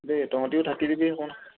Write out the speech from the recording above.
দেই তহঁতিও থাকি দিবি অকণমান